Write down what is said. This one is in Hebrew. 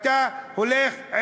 אתה הולך עם העדר.